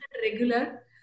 regular